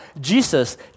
Jesus